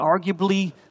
arguably